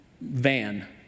van